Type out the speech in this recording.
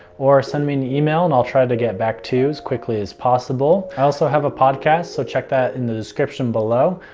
or send me an email and i'll try to get back to as quickly as possible. i also have a podcast, so check that in the description below.